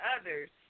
others